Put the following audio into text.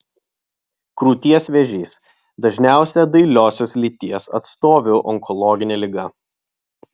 krūties vėžys dažniausia dailiosios lyties atstovių onkologinė liga